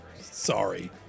Sorry